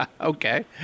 Okay